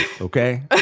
okay